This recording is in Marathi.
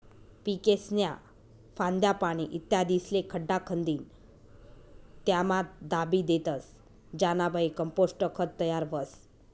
पीकेस्न्या फांद्या, पाने, इत्यादिस्ले खड्डा खंदीन त्यामा दाबी देतस ज्यानाबये कंपोस्ट खत तयार व्हस